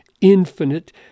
infinite